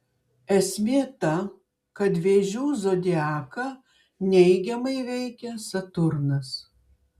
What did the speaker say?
esmė ta kad vėžių zodiaką neigiamai veikia saturnas